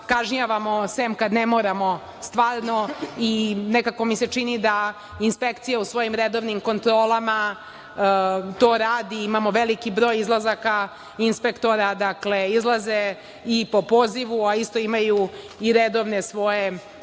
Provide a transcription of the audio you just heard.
kažnjavamo se kad ne moramo stvarno i nekako mi se čini da inspekcija u svojim redovnim kontrolama to radi, imamo veliki broj izlazaka inspektora. Dakle, izlaze i po pozivu, a isto imaju i redovne svoje